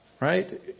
right